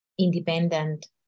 independent